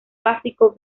básico